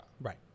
Right